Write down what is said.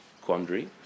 quandary